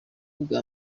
bwa